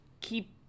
keep